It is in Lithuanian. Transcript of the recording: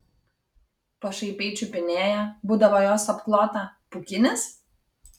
pašaipiai čiupinėja būdavo jos apklotą pūkinis